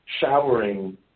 showering